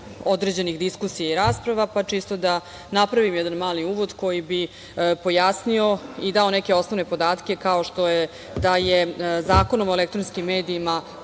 određenih diskusija i rasprava, pa čisto da napravim jedan mali uvod koji bi pojasnio i dao neke osnovne podatke, kao što je da je Zakonom o elektronskim medijima